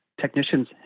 technicians